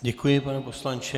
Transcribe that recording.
Děkuji, pane poslanče.